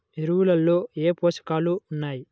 ఎరువులలో ఏ పోషకాలు ఉన్నాయి?